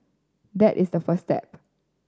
that is the first step